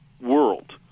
world